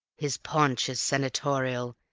his paunch is senatorial,